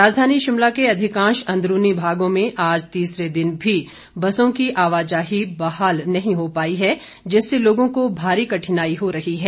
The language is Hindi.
राजधानी शिमला के अधिकांश अंदरूनी भागों में आज तीसरे दिन भी बसों की आवाजाही बहाल नहीं हो पाई है जिससे लोगों को भारी कठिनाई हो रही है